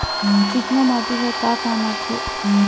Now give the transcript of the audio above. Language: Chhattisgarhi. चिकना माटी ह का काम आथे?